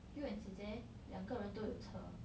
you and zeh zeh 两个人都有车